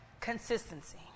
Consistency